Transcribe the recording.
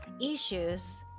issues